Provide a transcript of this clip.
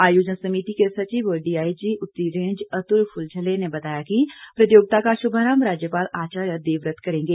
आयोजन समिति के सचिव व डीआईजी उत्तरी रेंज अतुल फुलझले ने बताया कि प्रतियोगिता का शुभारंभ राज्यपाल आचार्य देवव्रत करेंगे